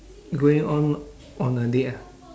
going on on a date ah